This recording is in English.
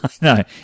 No